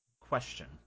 Question